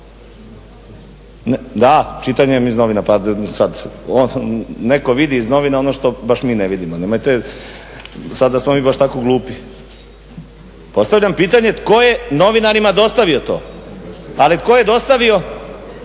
Da, čitanjem iz novina, netko vidi iz novina ono što baš mi ne vidimo, nemojte, sad da smo mi baš tako glupi. Postavljam pitanje tko je novinarima dostavio to? Ali tko je dostavio